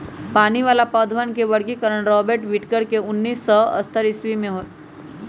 पानी वाला पौधवन के वर्गीकरण रॉबर्ट विटकर ने उन्नीस सौ अथतर ईसवी में कइलय